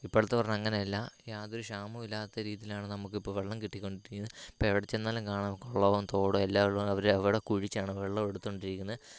ഇപ്പോഴത്തെ പറഞ്ഞാൽ അങ്ങനെയല്ല യാതൊരു ക്ഷാമവും ഇല്ലാത്ത രീതിയിലാണ് നമുക്കിപ്പോൾ വെള്ളം കിട്ടിക്കൊണ്ടിരിക്കുന്നത് ഇപ്പോൾ എവിടെ ചെന്നാലും കാണാം കുളവും തോടും എല്ലാം ഒഴുകുന്നത് അവർ അവിടെ കുഴിച്ചാണ് വെള്ളം എടുത്തോണ്ടിരിക്കുന്നത്